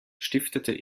stiftete